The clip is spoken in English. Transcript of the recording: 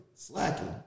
Slacking